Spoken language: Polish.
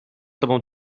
tobą